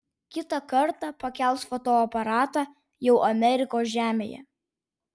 kitą kartą pakels fotoaparatą jau amerikos žemėje